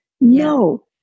No